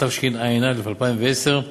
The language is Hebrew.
התשע"א 2010,